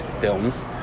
films